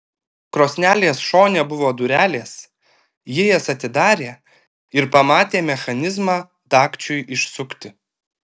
krosnelės šone buvo durelės ji jas atidarė ir pamatė mechanizmą dagčiui išsukti